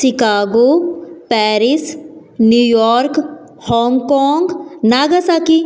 Chicago Paris New York Hong Kong Nagasaki